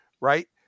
right